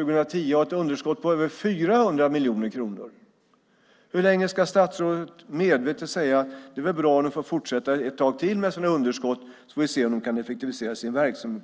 kommer att ha ett underskott på över 400 miljoner kronor undrar jag hur länge statsrådet medvetet ska säga: Det är bra om de får fortsätta ett tag till med sina underskott. Vi får se om de på något sätt kan effektivisera sin verksamhet.